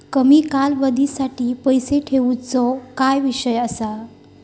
कमी कालावधीसाठी पैसे ठेऊचो काय विषय असा?